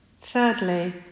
thirdly